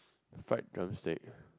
fried drumstick